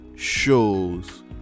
Shows